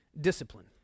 discipline